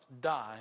die